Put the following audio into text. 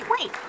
wait